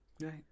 right